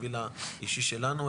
בשביל האישי שלנו,